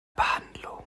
behandlung